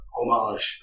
homage